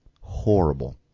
Horrible